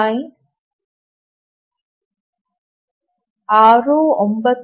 692 ಮತ್ತು ಈ 0